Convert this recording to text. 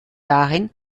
darin